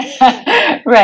Right